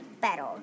better